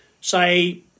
say